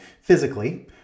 physically